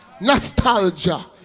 nostalgia